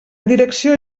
direcció